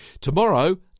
Tomorrow